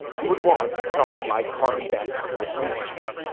you would want someone like karmon best to be your police chief.